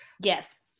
yes